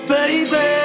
Baby